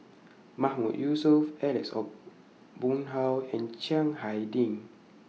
Mahmood Yusof Alex Ong Boon Hau and Chiang Hai Ding